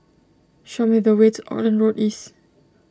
show me the way to Auckland Road East